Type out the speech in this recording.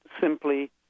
simply